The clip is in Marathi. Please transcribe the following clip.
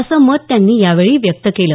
असं मत त्यांनी यावेळी व्यक्त केलं